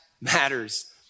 matters